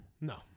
No